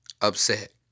upset